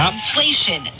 inflation